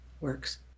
works